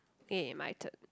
eh my turn